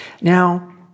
Now